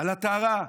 "על הטהרה",